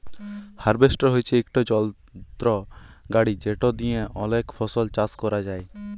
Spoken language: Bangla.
হার্ভেস্টর হছে ইকট যলত্র গাড়ি যেট দিঁয়ে অলেক ফসল চাষ ক্যরা যায়